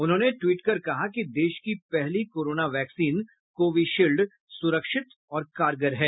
उन्होंने ट्वीट कर कहा कि देश की पहली कोरोना वैक्सीन कोविशील्ड सुरक्षित और कारगर है